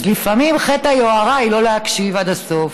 אז לפעמים חטא היוהרה הוא לא להקשיב עד הסוף,